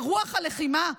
ברוח הלחימה,